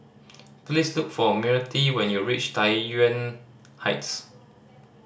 please look for Myrtie when you reach Tai Yuan Heights